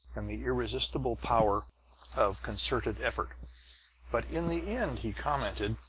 and the irresistible power of concerted effort but in the end he commented